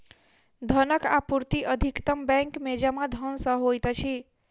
धनक आपूर्ति अधिकतम बैंक में जमा धन सॅ होइत अछि